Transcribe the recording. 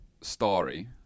story